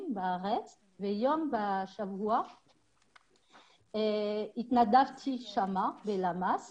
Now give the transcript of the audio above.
ויום אחד בשבוע התנדבתי בלשכה המרכזית